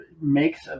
makes